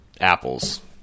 Apples